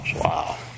Wow